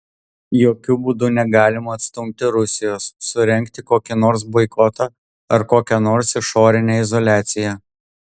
jokiu būdu negalima atstumti rusijos surengti kokį nors boikotą ar kokią nors išorinę izoliaciją